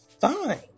fine